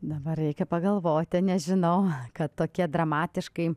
dabar reikia pagalvoti nežinau kad tokie dramatiškai